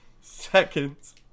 seconds